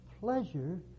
pleasure